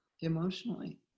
emotionally